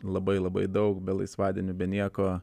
labai labai daug be laisvadienių be nieko